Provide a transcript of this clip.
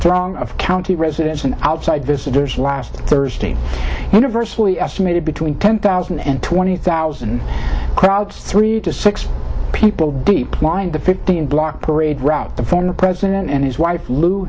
throng of county residents and outside visitors last thursday universally estimated between ten thousand and twenty thousand crowd through to six people deep lined the fifteen block parade route the former president and his wife lou